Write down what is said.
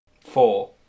Four